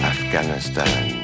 Afghanistan